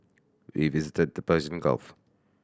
we visited the Persian Gulf